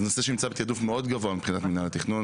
זה נושא שנמצא מאוד גבוה מבחינת מינהל התכנון.